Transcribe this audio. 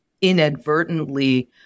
inadvertently